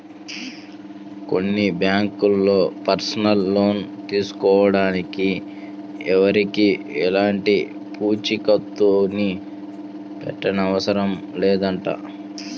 కొన్ని బ్యాంకుల్లో personal loan తీసుకోడానికి ఎవరికీ ఎలాంటి పూచీకత్తుని పెట్టనవసరం లేదంట